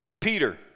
Peter